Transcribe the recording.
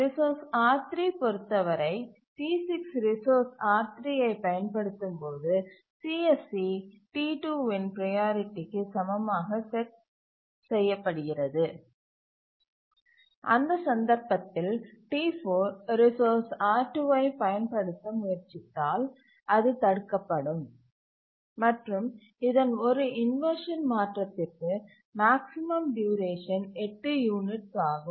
resource R3 பொறுத்தவரை T6 resource R3 ஐப் பயன்படுத்தும் போது CSC T2இன் ப்ரையாரிட்டிக்கு சமமாக செட் செய்யப்படுகிறது அந்த சந்தர்ப்பத்தில் T4 ரிசோர்ஸ் R2ஐப் பயன்படுத்த முயற்சித்தால் அது தடுக்கப்படும் மற்றும் இதன் ஒரு இன்வர்ஷன் மாற்றத்திற்கு மேக்ஸிமம் டியூரேஷன் 8 யூனிட்ஸ் ஆகும்